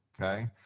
okay